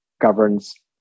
governs